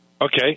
Okay